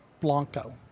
Blanco